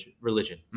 religion